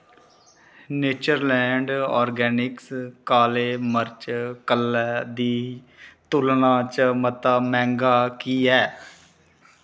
nature Land Organics काले मर्च कल्लै दी तुलना च मता मैंह्गा की ऐ